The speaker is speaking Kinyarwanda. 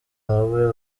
wowe